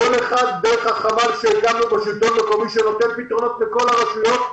כל אחד דרך החמ"ל שהקמנו בשלטון המקומי שנותן פתרונות לכל הרשויות,